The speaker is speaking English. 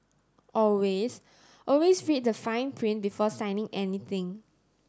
always always read the fine print before signing anything